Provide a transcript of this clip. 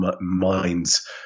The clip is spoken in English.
minds